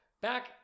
back